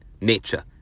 nature